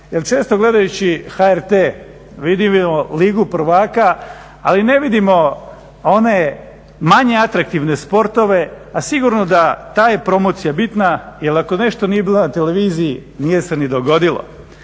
često gledajući HRT vidimo ligu prvaka ali ne vidimo one manje atraktivne sportove a sigurno da ta je promocija bitna jer ako nešto nije bilo na televiziji nije se ni dogodilo.